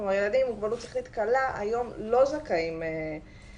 כלומר ילדים עם מוגבלות שכלית קלה היום לא זכאים להסעה,